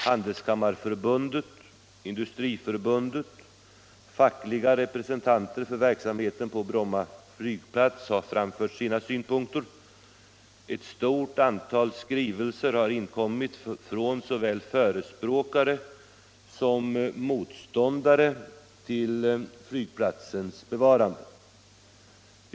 Handelskammarförbundet, Industriförbundet och fackliga representanter för verksamheten på Bromma flygplats har framfört sina synpunkter. Ett stort antal skrivelser har inkommit från såväl förespråkare för som motståndare till flygplatsens bevarande.